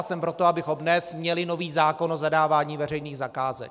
Jsem pro to, abychom dnes měli nový zákon o zadávání veřejných zakázek.